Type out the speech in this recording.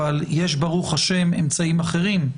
אבל יש ברוך השם אמצעים אחרים.